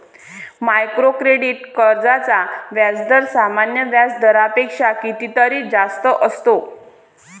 micro credit कर्जांचा व्याजदर सामान्य व्याज दरापेक्षा कितीतरी जास्त असतो